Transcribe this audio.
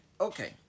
Okay